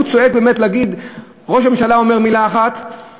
הוא צועק באמת ראש הממשלה אומר מילה אחת,